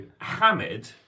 Hamid